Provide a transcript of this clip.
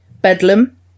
Bedlam